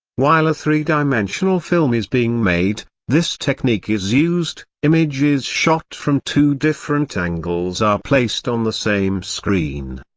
while a three dimensional film is being made, this technique is used images shot from two different angles are placed on the same screen.